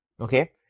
okay